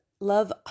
love